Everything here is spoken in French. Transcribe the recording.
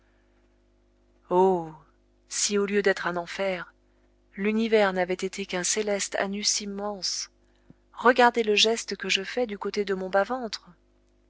si au lieu d'être un enfer l'univers n'avait été qu'un céleste anus immense regardez le geste que je fais du côté de mon bas-ventre